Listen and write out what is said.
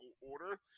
order